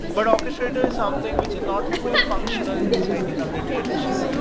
but orchestrator is something which is not fully functional inside the community edition,